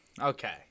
okay